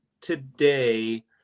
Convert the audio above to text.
today